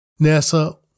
NASA